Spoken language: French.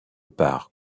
part